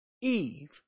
Eve